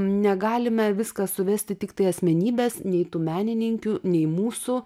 negalime viską suvesti tiktai į asmenybės nei tų menininkių nei mūsų